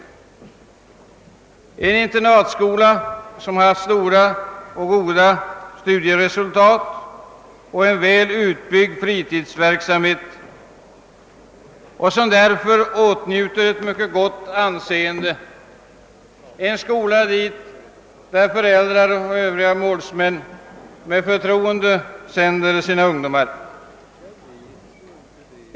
Restenässkolan är en internatskola som kan uppvisa goda studieresultat och som har en väl utbyggd fritidsverksamhet. Den åtnjuter därför ett mycket gott anseende och är en skola dit föräldrar och andra målsmän med förtroende sänder sina ungdomar.